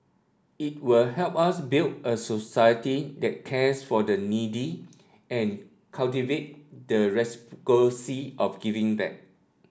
it will help us build a society that cares for the needy and cultivate the of giving back